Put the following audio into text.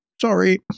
sorry